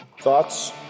thoughts